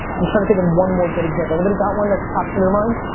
i'm trying to think of one more good example. anybody got one that popped to their mind?